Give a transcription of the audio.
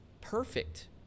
perfect